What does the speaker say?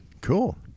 Cool